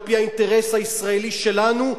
על-פי האינטרס הישראלי שלנו,